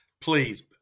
please